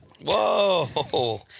Whoa